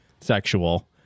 sexual